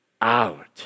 out